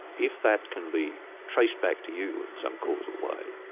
if that can be traced back to you in some causal way,